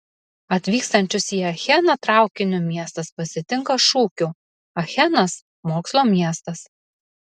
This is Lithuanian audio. atvykstančius į acheną traukiniu miestas pasitinka šūkiu achenas mokslo miestas